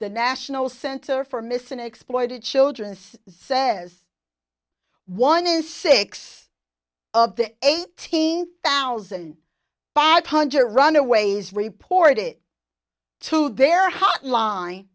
the national center for missing exploited children says one is six of the eighteen thousand five hundred runaways reported it to their hotline